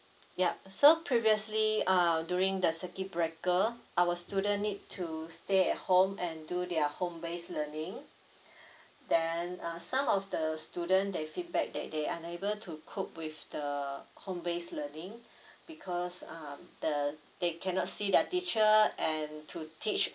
yup so previously uh during the circuit breaker our student need to stay at home and do their home base learning then uh some of the student they feedback that they unable to cope with the home base learning because um the they cannot see their teacher and to teach